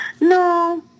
No